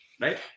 right